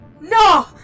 No